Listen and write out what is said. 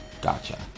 Gotcha